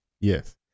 Yes